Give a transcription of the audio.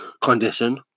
condition